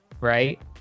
right